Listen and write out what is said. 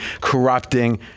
corrupting